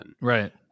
Right